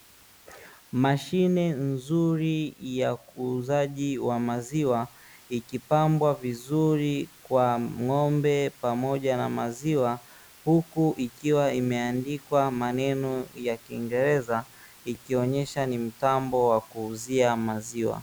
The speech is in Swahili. Mashine nzuri ya uuzaji wa maziwa, ikipambwa vizuri kwa ng'ombe pamoja na maziwa, huku ikiwa imeandikwa maneno ya kiingereza, ikionyesha ni mtambo wa kuuzia maziwa.